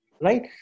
Right